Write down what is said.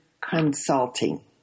Consulting